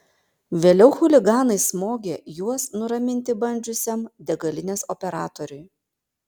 vėliau chuliganai smogė juos nuraminti bandžiusiam degalinės operatoriui